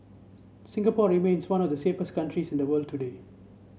Singapore remains one of the safest countries in the world today